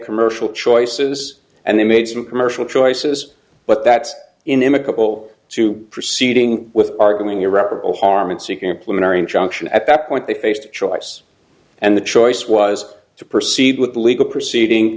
commercial choices and they made some commercial choices but that's inimical to proceeding with are doing irreparable harm and seeking employment or injunction at that point they faced a choice and the choice was to proceed with a legal proceeding